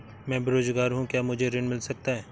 मैं बेरोजगार हूँ क्या मुझे ऋण मिल सकता है?